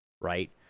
right